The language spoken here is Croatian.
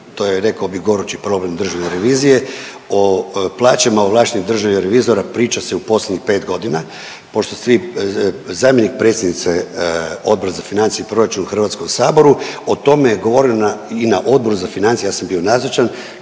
To je rekao bi gorući problem državne revizije, o plaćama ovlaštenih državnih revizora priča se u posljednjih 5.g.. Zamjenik predsjednice Odbora za financije i proračun u HS-u o tome je govorio i na Odboru za financije. Ja sam bio nazočan